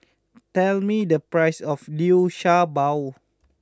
tell me the price of Liu Sha Bao